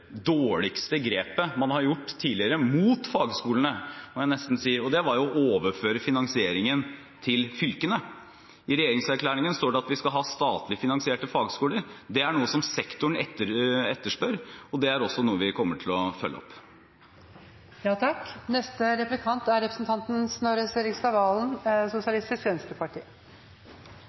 dårligste grepet man har gjort tidligere mot fagskolene – må jeg nesten si – og det var å overføre finansieringen til fylkene. I regjeringserklæringen står det at vi skal ha statlig finansierte fagskoler. Det er noe sektoren etterspør, og som vi kommer til å følge opp.